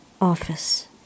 office